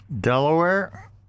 delaware